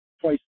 twice